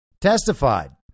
testified